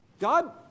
God